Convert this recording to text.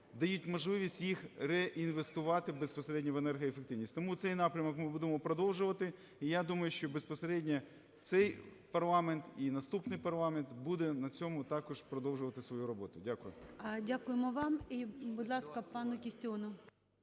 дають можливість їх реінвестувати безпосередньо в енергоефективність. Тому цей напрямок ми будемо продовжувати. І я думаю, що безпосередньо цей парламент і наступний парламент буде на цьому також продовжувати свою роботу. Дякую. ГОЛОВУЮЧИЙ. Дякуємо вам. І, будь ласка, пану Кістіону.